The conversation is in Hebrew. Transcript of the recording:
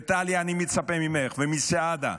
וטלי, אני מצפה ממך ומסעדה,